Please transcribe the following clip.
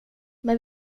men